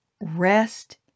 rest